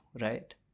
right